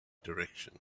direction